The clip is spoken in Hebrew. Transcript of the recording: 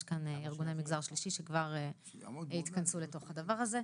יש כאן ארגוני מגזר שלישי שכבר התכנסו לתוך הדבר הזה.